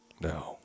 No